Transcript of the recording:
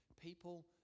people